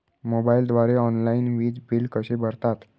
मोबाईलद्वारे ऑनलाईन वीज बिल कसे भरतात?